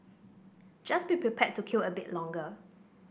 just be prepared to queue a bit longer